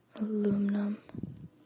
aluminum